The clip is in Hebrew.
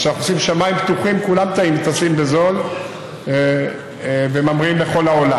וכשאנחנו עושים שמיים פתוחים כולם טסים בזול וממריאים לכל העולם.